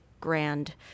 grand